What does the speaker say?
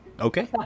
Okay